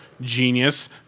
Genius